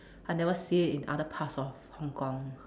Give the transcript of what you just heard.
I never see it in other parts of Hong-Kong